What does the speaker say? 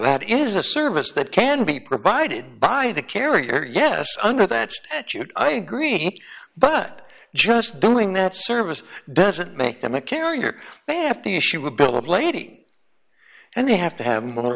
that is a service that can be provided by the carrier yes under that statute i agree but just doing that service doesn't make them a carrier they have to issue a bill of lading and they have to have more